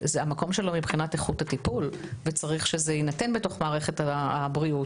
המקום שלו מבחינת איכות הטיפול וצריך שזה יינתן בתוך מערכת הבריאות,